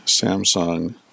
Samsung